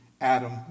Adam